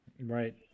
Right